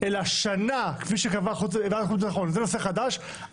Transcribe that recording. אלא שנה כפי שקבעה ועדת החוץ והביטחון זה נושא חדש,